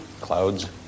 clouds